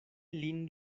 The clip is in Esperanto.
lin